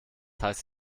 heißt